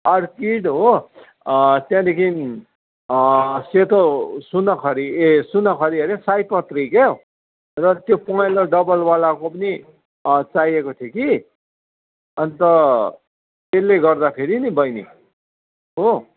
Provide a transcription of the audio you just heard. orchid हो त्यहाँदेखिन् सेतो सुनाखरी ए सुनाखरी हैन सयपत्री क्या र त्यो पहेँलो डबलवालाको पनि चाहिएको थियो कि अनि त त्यसले गर्दाखेरि नि बहिनी हो